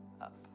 up